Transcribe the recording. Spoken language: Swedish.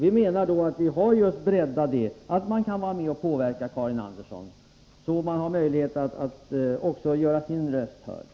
Vi menar att vi därigenom har breddat representationen, så att man kan vara med och påverka och göra sin röst hörd.